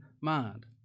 mind